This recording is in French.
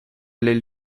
l’aile